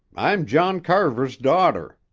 i'm john carver's daughter,